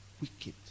Wicked